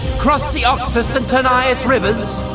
crossed the oxus and tanais rivers,